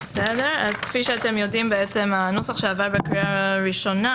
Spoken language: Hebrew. כפי שאתם יודעים, הנוסח שעבר בקריאה הראשונה,